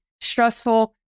stressful